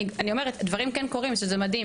ואני אומרת, דברים כן קורים, שזה מדהים.